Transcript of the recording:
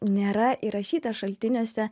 nėra įrašyta šaltiniuose